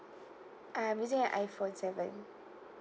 I'm using an iphone seven